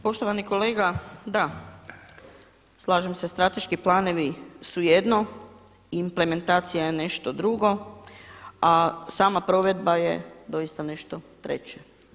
Poštovani kolega da, slažem se strateški planovi su jedno, implementacija je nešto drugo, a sama provedba je doista nešto treće.